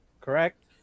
correct